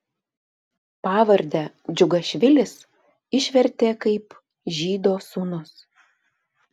pavardę džiugašvilis išvertė kaip žydo sūnus